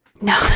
No